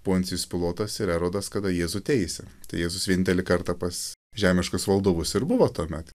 poncijus pilotas ir erodas kada jėzų teisė tai jėzus vienintelį kartą pas žemiškus valdovus ir buvo tuomet